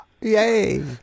Yay